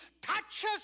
touches